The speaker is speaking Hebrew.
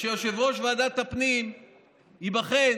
ושיושב-ראש ועדת הפנים ייבחן